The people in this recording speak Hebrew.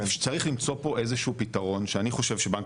צריך למצוא פה איזשהו פתרון שאני חושב שבנק